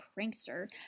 prankster